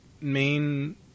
main